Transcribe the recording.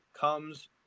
comes